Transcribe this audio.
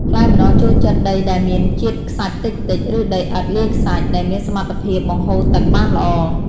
ផ្លែម្នាស់ចូលចិត្តដីដែល មានជាតិខ្សាច់តិចៗ ឬដីឥដ្ឋលាយខ្សាច់ ដែលមានសមត្ថភាពបង្ហូរទឹកបានល្អ។